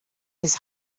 his